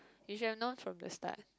you should have known from the start